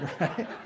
right